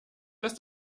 dass